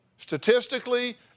Statistically